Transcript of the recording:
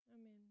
Amen